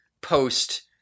post